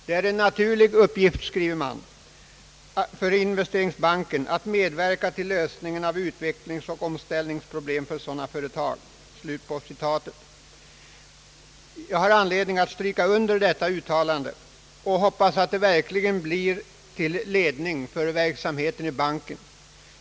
Det är en naturlig uppgift för investeringsbanken att medverka till lösningen av utvecklingsoch omställningsproblem för sådana företag.» Det är anledning att understryka detta uttalande och hoppas att det verkligen blir till ledning för bankens verksamhet.